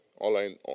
online